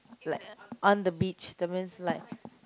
like on the beach that means like